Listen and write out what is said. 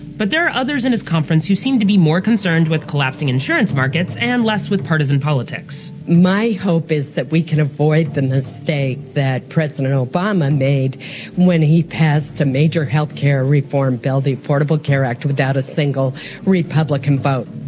but there are others in his conference who seem to be more concerned with collapsing insurance markets and less with partisan politics. my hope is that we can avoid the mistake that president obama made when he passed a major health care reform bill, the affordable care act, without a single republican vote.